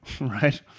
right